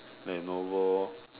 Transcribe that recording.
lenovo